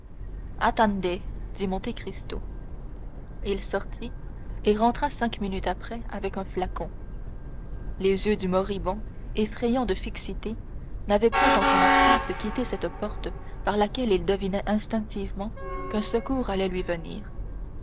monte cristo il sortit et rentra cinq minutes après avec un flacon les yeux du moribond effrayants de fixité n'avaient point en son absence quitté cette porte par laquelle il devinait instinctivement qu'un secours allait lui venir